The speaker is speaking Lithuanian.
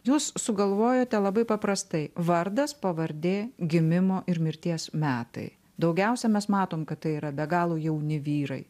jūs sugalvojote labai paprastai vardas pavardė gimimo ir mirties metai daugiausia mes matom kad tai yra be galo jauni vyrai